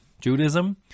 Judaism